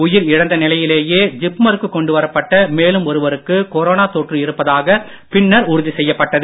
உயிரிழந்த நிலையிலேயே ஜிப்மருக்கு கொண்டு வரப்பட்ட மேலும் ஒருவருக்கு கொரோனா தொற்று இருப்பதாக பின்னர் உறுதி செய்யப்பட்டது